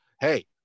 Hey